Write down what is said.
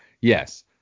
yes